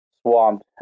swamped